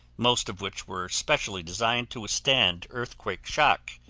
most of which were specially designed to withstand earthquake shock,